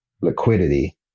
liquidity